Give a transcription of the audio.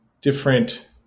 different